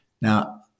Now